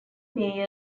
mayor